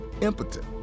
impotent